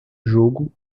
jogo